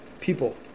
people